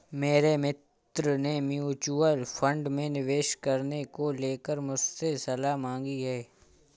मेरे मित्र ने म्यूच्यूअल फंड में निवेश करने को लेकर मुझसे सलाह मांगी है